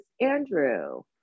andrew